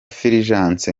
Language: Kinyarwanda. fulgence